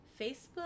facebook